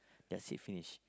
that's it finish